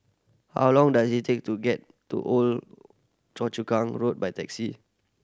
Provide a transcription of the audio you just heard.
how long does it take to get to Old Choa Chu Kang Road by taxi